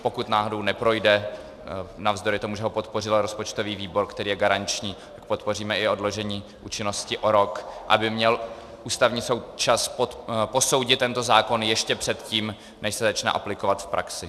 Pokud náhodou neprojde, navzdory tomu, že ho podpořil rozpočtový výbor, který je garanční, podpoříme i odložení účinnosti o rok, aby měl Ústavní soud čas posoudit tento zákon ještě předtím, než se začne aplikovat v praxi.